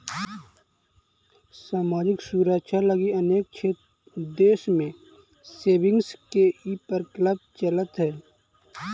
सामाजिक सुरक्षा लगी अनेक देश में सेविंग्स के ई प्रकल्प चलऽ हई